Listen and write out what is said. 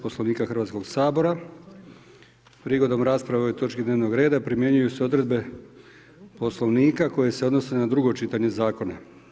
Poslovnika Hrvatskog sabora prigodom rasprave o ovoj točki dnevnog reda primjenjuju se odredbe Poslovnika koje se odnose na drugo čitanje zakona.